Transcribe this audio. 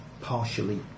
partially